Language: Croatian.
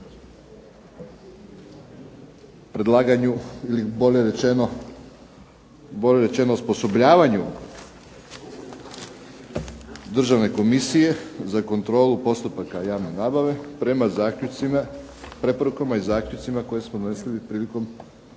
predlaganju ili bolje rečeno osposobljavanju Državne komisije za kontrolu postupaka javne nabave prema preporukama i zaključcima koje smo donosili prilikom